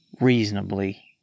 reasonably